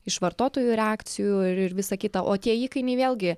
iš vartotojų reakcijų ir visa kita o tie įkainiai vėlgi